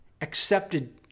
accepted